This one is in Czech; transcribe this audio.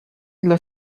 dle